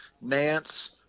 Nance